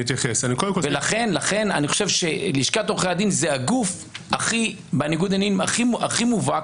לכן אני חושב שלשכת עורכי הדין זה הגוף בניגוד העניינים הכי מובהק,